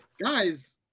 guys